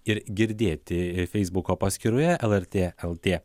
ir girdėti ir feisbuko paskyroje lrt lt